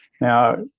Now